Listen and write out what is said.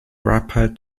rapper